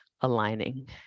aligning